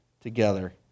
together